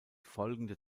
folgende